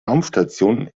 raumstation